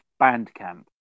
bandcamp